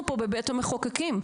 אנחנו פה בבית המחוקקים.